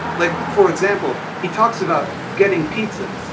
like for example he talks about getting pizza.